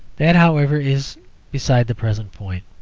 that, however, is beside the present point.